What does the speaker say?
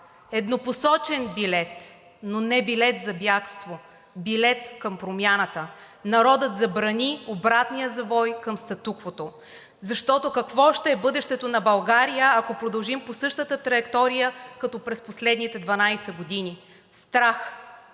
Еднопосочен билет, но не билет за бягство – билет към промяната. Народът забрани обратния завой към статуквото. Защото какво ще е бъдещето на България, ако продължим по същата траектория, като през последните 12 години? Страх,